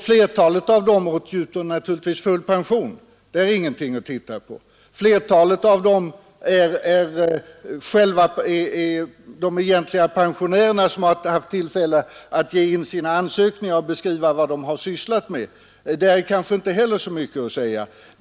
Flertalet av dessa åtnjuter naturligtvis full pension, och där är det ingenting som man behöver titta på, eftersom flertalet har haft tillfälle att inge ansökningar och beskriva vad de tidigare har sysslat med.